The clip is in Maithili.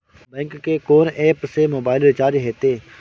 बैंक के कोन एप से मोबाइल रिचार्ज हेते?